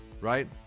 right